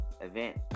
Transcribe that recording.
event